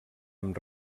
amb